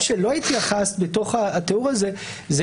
מה שלא התייחסת אליהם בתוך התיאור הזה זה